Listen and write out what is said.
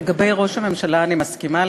לגבי ראש הממשלה אני מסכימה,